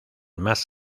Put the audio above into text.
más